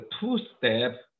two-step